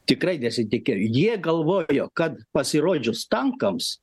tikrai nesitikėjo jie galvojo kad pasirodžius tankams